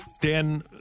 Dan